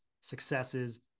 successes